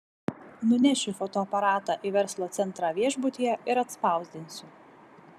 nunešiu fotoaparatą į verslo centrą viešbutyje ir atspausdinsiu